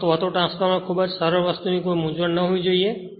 ફક્ત auto transformer ખૂબ જ સરળ વસ્તુની કોઈ મૂંઝવણ ન હોવી જોઈએ